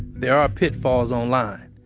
there are pitfalls online,